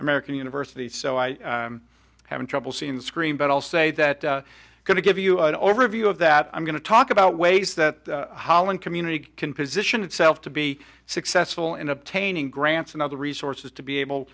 american university so i have trouble seeing the screen but i'll say that going to give you an overview of that i'm going to talk about ways that holland community can position itself to be successful in obtaining grants and other resources to be able to